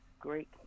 great